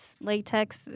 latex